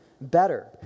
better